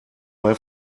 bei